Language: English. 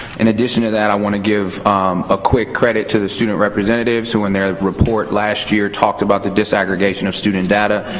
in addition to that, i wanna give a quick credit to the student representatives who, in their report last year, talked about the disaggregation of student data.